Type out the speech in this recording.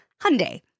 Hyundai